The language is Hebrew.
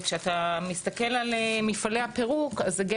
וכשאתה מסתכל על מפעלי הפירוק אז גם,